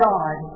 God